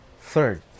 Third